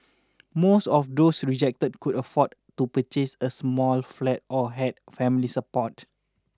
most of those rejected could afford to purchase a small flat or had family support